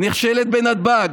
נכשלת בנתב"ג,